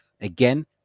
Again